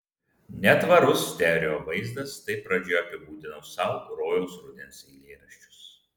netvarus stereo vaizdas taip pradžioje apibūdinau sau rojaus rudens eilėraščius